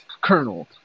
Colonel